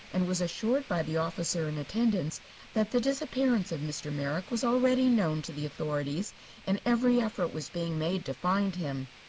and was assured by the officer in attendance that the disappearance of mr. merrick was already known to the authorities and every effort was being made to find him.